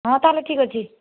ହଁ ତା'ହେଲେ ଠିକ ଅଛି